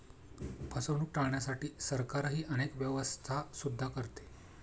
फसवणूक टाळण्यासाठी सरकारही अनेक व्यवस्था सुद्धा करते